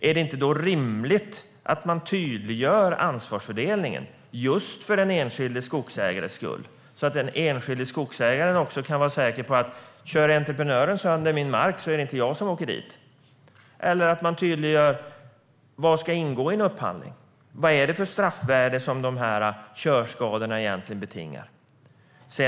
Är det då inte rimligt att man tydliggör ansvarsfördelningen, just för den enskilde skogsägarens skull, så att den enskilde skogsägaren kan vara säker på att inte åka dit om entreprenören kör sönder hans mark? Eller att man tydliggör vad som ska ingå i en upphandling och vad det är för straffvärde som körskadorna egentligen betingar?